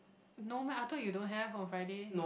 no meh I thought you don't have on Friday